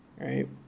Right